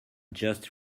just